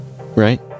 right